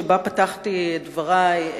שבה פתחתי את דברי,